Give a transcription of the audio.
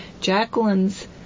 Jacqueline's